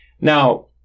Now